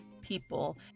people